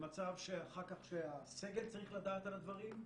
למצב אחר כך שהסגל צריך לדעת על הדברים,